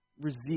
resist